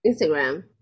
Instagram